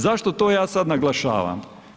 Zašto to ja sada naglašavam?